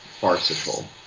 farcical